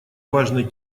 важной